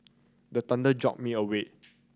the thunder jolt me awake